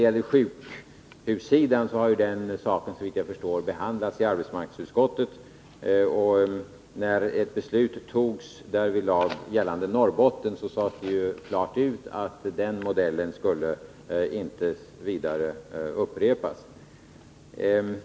På sjukhussidan har den saken såvitt jag förstår behandlats i arbetsmarknadsutskottet. När ett beslut där fattades om Norrbotten sades det klart att användningen av den då tillämpade modellen inte vidare skulle upprepas.